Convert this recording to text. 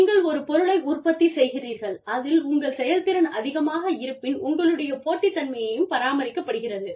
நீங்கள் ஒரு பொருளை உற்பத்தி செய்கிறீர்கள் அதில் உங்கள் செயல்திறன் அதிகமாக இருப்பின் உங்களுடைய போட்டித்தன்மையும் பராமரிக்கப்படுகிறது